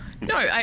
No